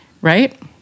right